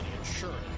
insurance